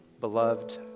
beloved